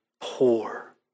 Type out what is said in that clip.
poor